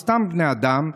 או סתם בני אדם.